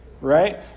right